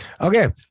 Okay